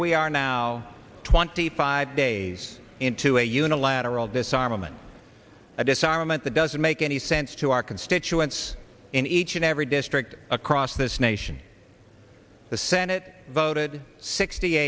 we are now twenty five days into a unilateral disarmament a disarmament that doesn't make any sense to our constituents in each and every district across this nation the senate voted sixty